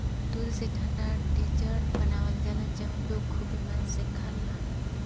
दूध से ठंडा डेजर्ट बनावल जाला जवन लोग खुबे मन से खाला